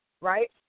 right